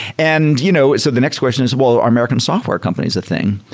and you know so the next question is, well, are american software companies a thing?